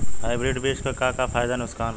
Hybrid बीज क का फायदा नुकसान ह?